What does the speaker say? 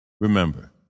Remember